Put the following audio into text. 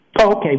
Okay